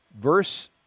Verse